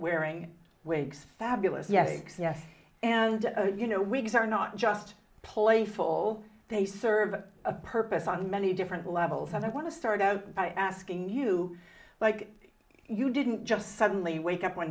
wearing wigs fabulous yanks yes and you know we just are not just playful they serve a purpose on many different levels and i want to start out by asking you like you didn't just suddenly wake up one